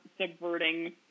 subverting